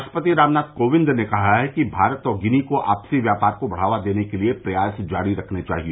राष्ट्रपति रामनाथ कोविंद ने कहा है कि भारत और गिनी को आपसी व्यापार को बढ़ावा देने के लिए प्रयास जारी रखने चाहिए